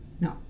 No